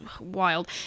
Wild